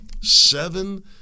Seven